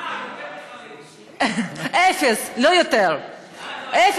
אה, יותר מחרדים.